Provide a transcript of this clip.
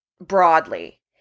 broadly